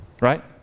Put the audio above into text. right